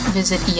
visit